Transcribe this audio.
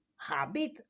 habit